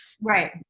Right